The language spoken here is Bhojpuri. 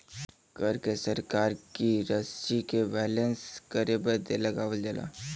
कर के सरकार की रशी के बैलेन्स करे बदे लगावल जाला